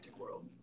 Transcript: world